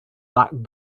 that